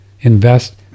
invest